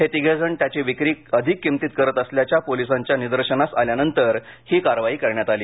हे तिघेजण त्याची विक्री अधिक किंमतीत करत असल्याचं पोलिसांच्या निदर्शनास आल्यानंतर ही कारवाई करण्यात आली